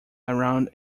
around